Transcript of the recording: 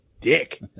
dick